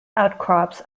outcrops